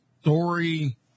Story